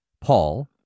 Paul